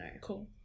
Cool